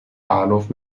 bahnhof